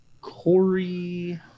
Corey